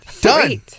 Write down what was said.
Done